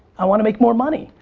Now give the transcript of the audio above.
i want to make more money.